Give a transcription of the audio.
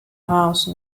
house